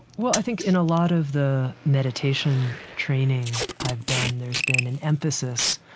well, i think in a lot of the meditation training i've done, there's been an emphasis